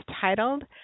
titled